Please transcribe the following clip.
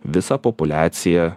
visą populiaciją